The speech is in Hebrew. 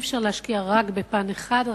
אי-אפשר להשקיע רק בפן אחד,